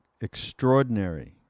extraordinary